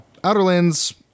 Outerlands